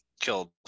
killed